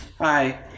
Hi